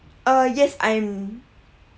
uh yes I'm